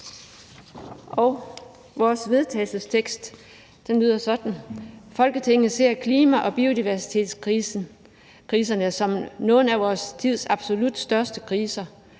til vedtagelse »Folketinget ser klima- og biodiversitetskriserne som nogle af vores tids absolut største kriser.